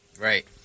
Right